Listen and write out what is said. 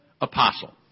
apostle